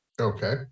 Okay